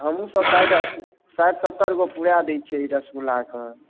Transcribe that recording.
हमहुँ सब साठि अस्सी साठि सत्तर गो पूराय दै छियै ई रसगुल्लाके